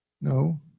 No